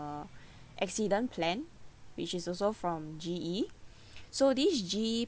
accident plan which is also from G_E so this G_E